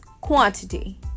quantity